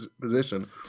position